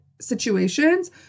situations